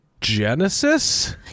Genesis